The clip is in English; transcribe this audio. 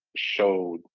showed